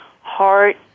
Heart